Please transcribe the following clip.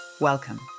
Welcome